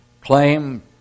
claim